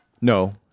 No